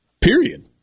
Period